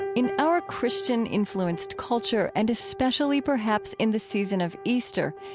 in our christian influenced culture and especially perhaps in the season of easter,